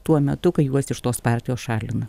tuo metu kai juos iš tos partijos šalina